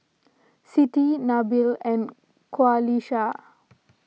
Siti Nabil and Qalisha